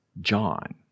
John